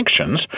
sanctions